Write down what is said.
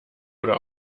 oder